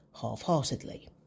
half-heartedly